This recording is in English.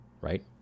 right